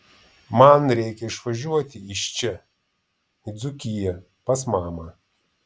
man reikia išvažiuoti iš čia į dzūkiją pas mamą